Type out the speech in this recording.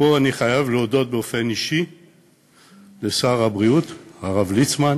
ופה אני חייב להודות באופן איש לשר הבריאות הרב ליצמן,